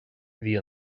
bhí